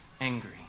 angry